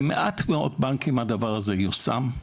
במעט מאוד בנקים הדבר הזה מיושם.